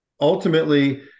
Ultimately